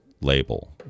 label